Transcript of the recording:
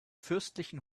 fürstlichen